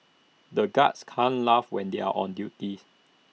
the guards can't laugh when they are on duty